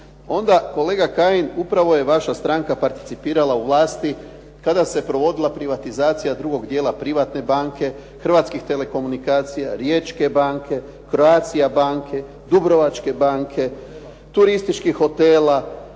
onda, kolega Kajin, upravo je vaša stranka participirala u vlasti kada se provodila privatizacija drugog dijela Privatne banke, Hrvatskih telekomunikacija, Riječke banke, Croatia banke, Dubrovačke banke, turističkih hotela,